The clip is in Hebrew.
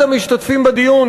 אחד המשתתפים בדיון,